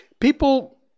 people